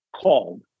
called